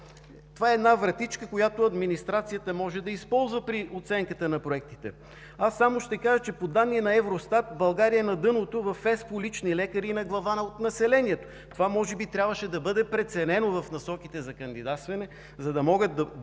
Това е вратичка, която администрацията може да използва при оценката на проектите. Само ще кажа, че по данни на Евростат България е на дъното в Европейския съюз по лични лекари на глава от населението. Това може би трябваше да бъде преценено в насоките за кандидатстване, за да могат да